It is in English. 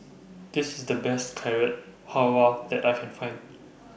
This IS The Best Carrot Halwa that I Can Find